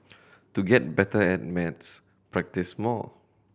to get better at maths practise more